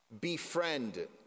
befriend